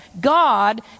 God